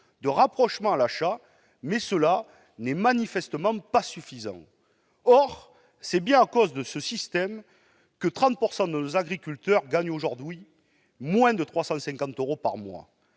de rapprochement à l'achat, mais cela n'est manifestement pas suffisant. Pourtant, c'est bien à cause de ce système que 30 % de nos agriculteurs gagnent aujourd'hui moins de 350 euros par mois